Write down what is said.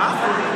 מה?